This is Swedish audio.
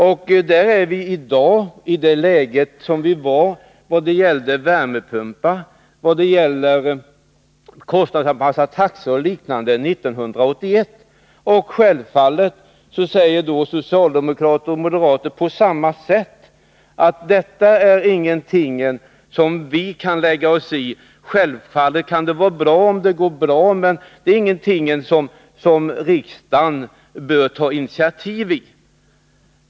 I dag befinner vi oss i denna fråga i det läge som vi befann oss i 1981 när vi talade om värmepumpar och kostnadsanpassade taxor och liknande. Självfallet säger socialdemokrater och moderater på samma sätt nu: Detta är inget som vi kan lägga oss i. Självfallet kan det vara bra om det går bra, men det är inte en fråga där riksdagen bör ta initiativ.